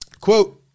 Quote